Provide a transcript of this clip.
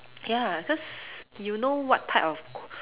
ya cause you know what type of